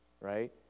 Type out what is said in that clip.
right